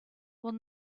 will